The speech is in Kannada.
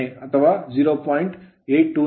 829KW kilo watt